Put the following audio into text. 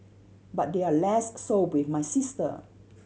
but they're less so with my sister